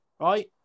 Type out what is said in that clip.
right